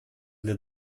для